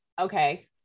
Okay